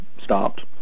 stopped